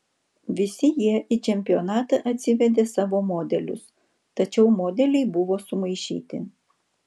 visi jie į čempionatą atsivedė savo modelius tačiau modeliai buvo sumaišyti